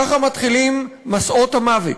ככה מתחילים מסעות המוות: